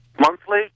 Monthly